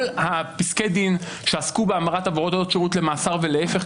כל פסקי הדין שעסקו בהמרת עבודות שירות למאסר ולהיפך,